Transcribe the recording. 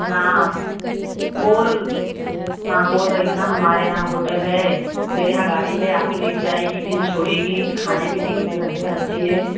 हाँ बोल हाँ बोल रही हूँ ना हमारे यहाँ होटल है मेरे यहाँ गाड़ी है आपको ले कर जाएगी फिर छोड़ेगी खाने पीने की भी व्यवस्था अच्छी है